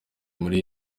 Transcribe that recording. muri